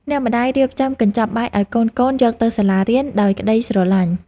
អ្នកម្តាយរៀបចំកញ្ចប់បាយឱ្យកូនៗយកទៅសាលារៀន ដោយក្តីស្រឡាញ់។